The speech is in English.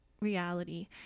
reality